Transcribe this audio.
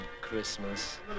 christmas